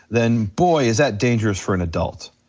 then boy is that dangerous for an adult.